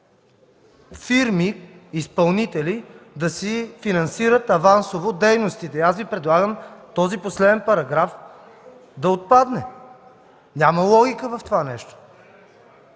фирми-изпълнители да си финансират авансово дейностите. Аз Ви предлагам този последен параграф да отпадне. Няма логика в това нещо.